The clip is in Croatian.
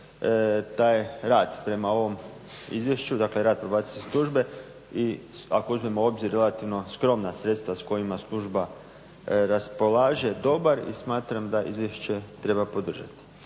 taj je rad prema ovom izvješću, dakle rad Probacijske službe i ako uzmemo u obzir relativno skromna sredstva s kojima služba raspolaže dobar i smatram izvješće treba podržati.